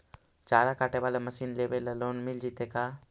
चारा काटे बाला मशीन लेबे ल लोन मिल जितै का?